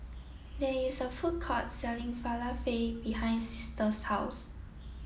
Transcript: there is a food court selling Falafel behind Sister's house